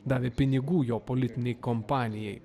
davė pinigų jo politinei kompanijai